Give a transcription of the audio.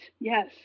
Yes